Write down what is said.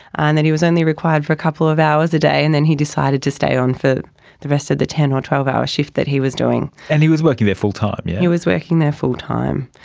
and that he was only required for a couple of hours a day and then he decided to stay on for the rest of the ten or twelve hour shift that he was doing. and he was working there full-time, yes? he was working there full-time.